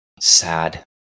sad